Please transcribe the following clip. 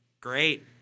Great